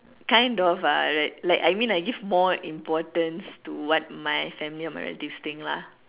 kind of ah like I mean I like give more importance to what my family or my relatives think lah